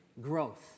growth